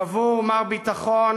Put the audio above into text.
קבור מר ביטחון,